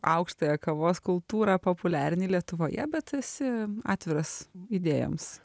aukštąją kavos kultūrą populiarini lietuvoje bet esi atviras idėjoms